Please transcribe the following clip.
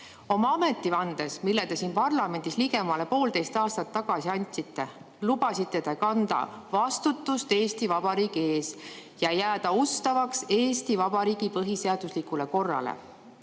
Oma ametivandes, mille te siin parlamendis ligemale poolteist aastat tagasi andsite, lubasite te kanda vastutust Eesti Vabariigi ees ja jääda ustavaks Eesti Vabariigi põhiseaduslikule korrale.